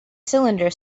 cylinder